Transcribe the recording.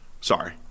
sorry